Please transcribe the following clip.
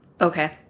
Okay